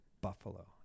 buffalo